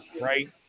right